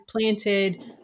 planted